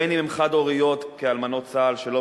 אם חד-הוריות, כאלמנות צה"ל, שלא